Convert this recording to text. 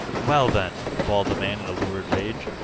well, then! bawled the man in a lurid rage.